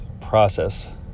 process